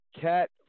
cat